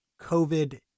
COVID